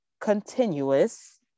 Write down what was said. continuous